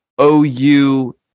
OU